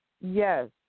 Yes